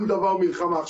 כל דבר מלחמה.